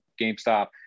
GameStop